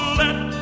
let